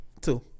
Two